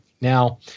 Now